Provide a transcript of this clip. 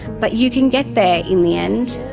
but you can get there in the end.